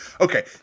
Okay